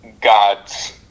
gods